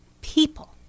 people